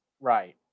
right